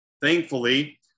Thankfully